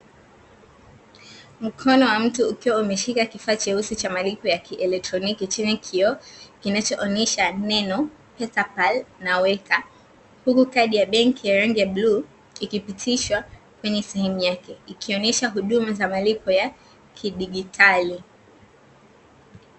Mkono wa mtu ukiwa umeshika kifaa cheusi cha malipo ya akieletroniki chenye kioo kinachoonesha neno ''pesapal na weka'' huku kadi yenye rangi ya bluu ikipitishwa kwenye sehemu yake ikionyesha huduma za malipo ya kidigitali.